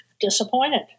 disappointed